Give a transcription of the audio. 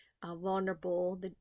vulnerable